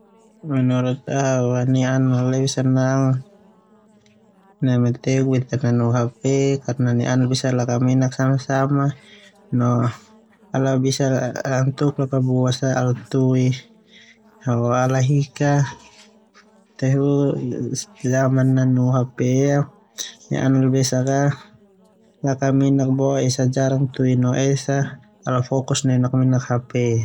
Niana lebih senang no bahagia neme teuk beta nanu hape karna niana la bisa lakaminak sama-sama. Boema niana besak ia la nanu HP ala lakaminak boe esa jarang tui no esa ala fokus neu nakaminak hape.